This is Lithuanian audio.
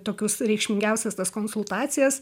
tokius reikšmingiausias tas konsultacijas